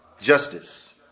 Justice